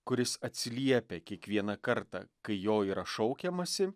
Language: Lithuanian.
kuris atsiliepia kiekvieną kartą kai jo yra šaukiamasi